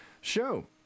show